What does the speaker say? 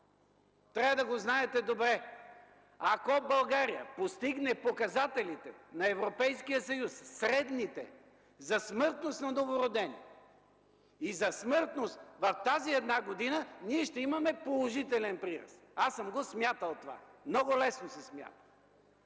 Трябва да го знаете добре! Ако България постигне показателите на Европейския съюз, средните, за смъртност на новородени и за смъртност в тази една година, ние ще имаме положителен прираст! Аз съм го смятал това – много лесно се смята.